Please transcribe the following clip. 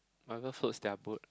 whatever floats their boat